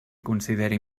consideri